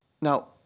Now